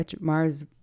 Mars